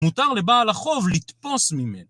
מותר לבעל החוב לתפוס ממנו